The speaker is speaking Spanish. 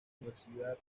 universidad